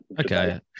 okay